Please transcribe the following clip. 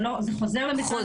זה חוזר למשרד הרווחה?